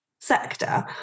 sector